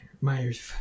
Myers